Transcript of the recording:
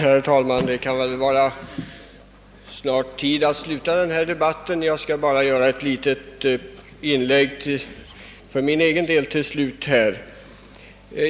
Herr talman! Det är väl snart tid att sluta denna debatt, och jag vill för min del nu endast göra ett kort inlägg.